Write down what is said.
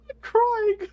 crying